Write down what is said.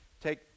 take